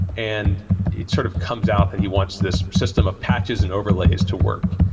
and it sort of comes out that he wants this system of patches and overlays to work.